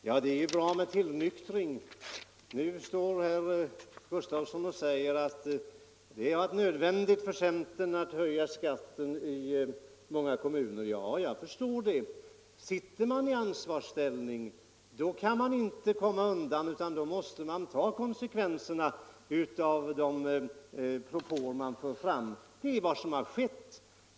Herr talman! Det är ju bra med tillnyktring. Nu säger herr Gustavsson i Alvesta att det har varit nödvändigt för centern att höja skatten i många kommuner. Ja, jag förstår det. Sitter man i ansvarsställning, kan man inte komma ifrån utan då måste man ta konsekvenserna av de propåer man för fram. Det är vad som har skett.